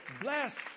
bless